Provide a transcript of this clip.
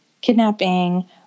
kidnapping